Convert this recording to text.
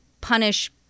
punish